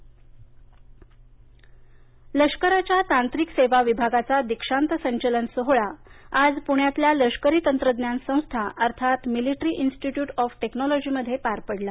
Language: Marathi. दीक्षांत संचलन लष्कराच्या तांत्रिक सेवा विभागाचा दीक्षांत संचलन सोहळा आज पुण्यातल्या लष्करी तंत्रज्ञान संस्था अर्थात मिलिटरी इन्स्टिट्यूट ऑफ टेक्नोलॉजीमध्ये पार पडला